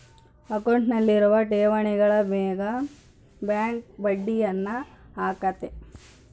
ಅಕೌಂಟ್ನಲ್ಲಿರುವ ಠೇವಣಿಗಳ ಮೇಗ ಬ್ಯಾಂಕ್ ಬಡ್ಡಿಯನ್ನ ಹಾಕ್ಕತೆ